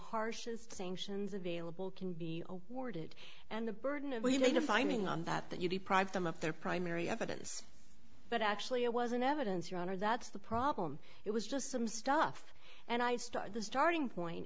harshest sanctions available can be awarded and the burden of leaving a finding on that that you deprived them of their primary evidence but actually it wasn't evidence your honor that's the problem it was just some stuff and i started the starting point